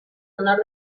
honor